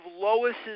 Lois's